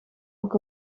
ook